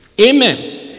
Amen